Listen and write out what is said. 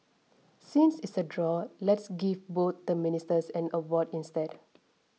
since it's a draw let's give both the Ministers an award instead